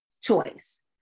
choice